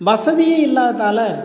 வசதியும் இல்லாததால்